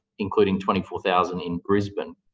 including twenty four thousand in brisbane.